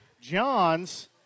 Johns